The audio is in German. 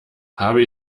habe